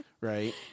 right